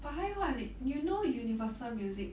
but 他又换 you know Universal Music